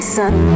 sun